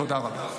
תודה רבה.